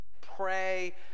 pray